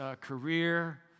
career